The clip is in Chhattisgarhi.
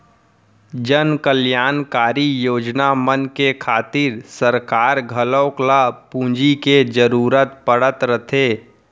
जनकल्यानकारी योजना मन के खातिर सरकार घलौक ल पूंजी के जरूरत पड़त रथे